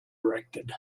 erected